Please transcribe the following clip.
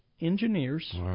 engineers